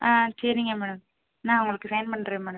ஆ சரிங்க மேடம் நான் உங்களுக்கு சென்ட் பண்ணுறேன் மேடம்